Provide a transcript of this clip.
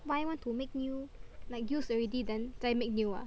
why want to make new like used already then 再 make new ah